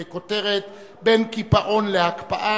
בכותרת: בין קיפאון להקפאה,